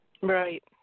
Right